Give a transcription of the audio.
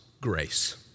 grace